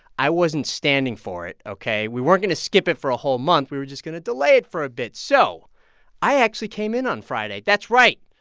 i wasn't standing for it. ok. we weren't going to skip it for a whole month. we were just going to delay it for a bit so i actually came in on friday. that's right.